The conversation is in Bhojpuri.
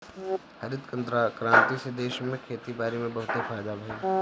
हरित क्रांति से देश में खेती बारी में बहुते फायदा भइल